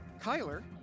Kyler